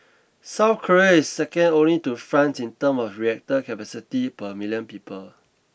South Korea is second only to France in term of reactor capacity per million people